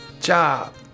job